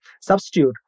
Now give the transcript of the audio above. substitute